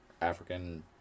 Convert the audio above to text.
African